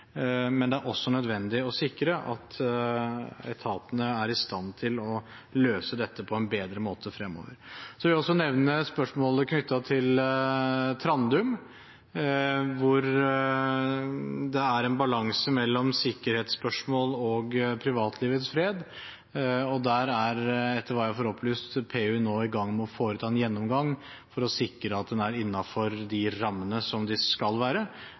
men det er også nødvendig å sikre at etatene er i stand til å løse dette på en bedre måte fremover. Så vil jeg også nevne spørsmålene knyttet til Trandum, hvor det er en balanse mellom sikkerhetsspørsmål og privatlivets fred. Der er, etter hva jeg får opplyst, PU i gang med å foreta en gjennomgang for å sikre at en er innenfor de rammene som en skal være.